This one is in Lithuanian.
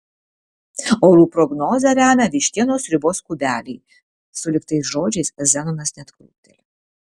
orų prognozę remia vištienos sriubos kubeliai sulig tais žodžiais zenonas net krūpteli